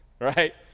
Right